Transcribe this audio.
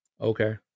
Okay